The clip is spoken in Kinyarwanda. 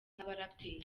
nk’abaraperi